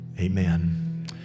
amen